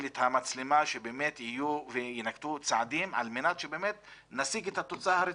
את המצלמה שיינקטו צעדים על מנת שבאמת נשיג את התוצאה הרצויה.